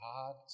God